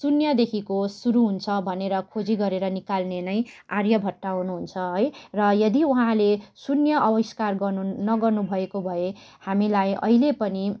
शून्य देखिको शुरु हुन्छ भनेर खोजी गरेर निकाल्ने नै आर्यभट्ट हुनुहुन्छ है र यदि उहाँले शून्य आविष्कार गर्नु नगर्नु भएको भए हामीलाई अहिले पनि